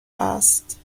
است